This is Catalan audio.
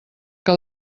que